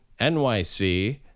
nyc